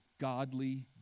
godly